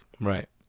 Right